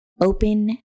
Open